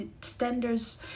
standards